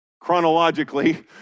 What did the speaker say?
Chronologically